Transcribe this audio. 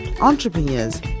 entrepreneurs